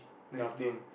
in the afternoon